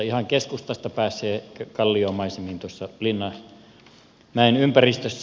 ihan keskustasta pääsee kalliomaisemiin tuossa linnanmäen ympäristössä